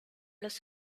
los